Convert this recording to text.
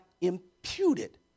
imputed